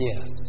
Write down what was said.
Yes